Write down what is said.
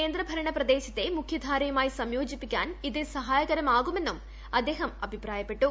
കേന്ദ്ര ഭരണ പ്രദേശത്തെ മുഖ്യധാരയുമായി സംയോജിപ്പിക്കാൻ ഇത് സഹായകര മാകുമെന്നും അദ്ദേഹം അഭിപ്രായപ്പെട്ടു